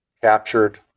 captured